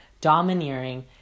domineering